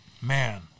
Man